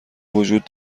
وجود